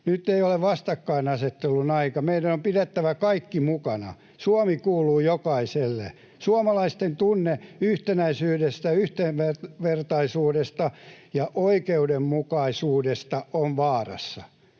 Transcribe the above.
Nyt ei ole vastakkainasettelun aika. Meidän on pidettävä kaikki mukana. Suomi kuuluu jokaiselle. Suomalaisten tunne yhtenäisyydestä, yhdenvertaisuudesta ja oikeudenmukaisuudesta on vaarassa.